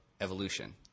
evolution